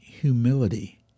Humility